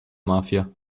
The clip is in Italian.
mafia